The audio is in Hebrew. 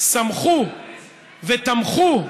שמחו ותמכו,